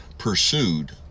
pursued